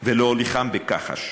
ולהוליכם בכחש?